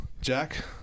Jack